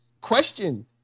Question